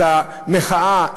את המחאה,